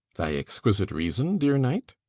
thy exquisite reason, dear knight?